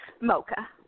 Mocha